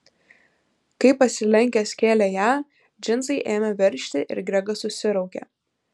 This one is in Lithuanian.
kai pasilenkęs kėlė ją džinsai ėmė veržti ir gregas susiraukė